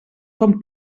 quan